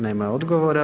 Nema odgovora.